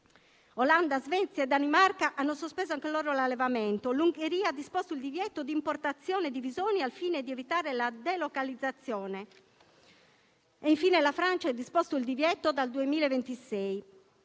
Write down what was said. Olanda, Svezia e Danimarca hanno sospeso l'allevamento, l'Ungheria ha disposto il divieto di importazione di visoni al fine di evitare la delocalizzazione e, infine, la Francia ha disposto il divieto dal 2026.